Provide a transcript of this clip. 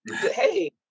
Hey